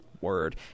word